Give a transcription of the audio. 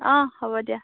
অ' হ'ব দিয়া